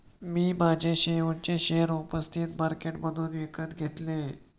मी माझे शेवटचे शेअर उपस्थित मार्केटमधून विकत घेतले